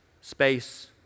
space